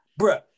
bruh